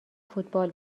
فوتبال